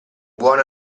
buono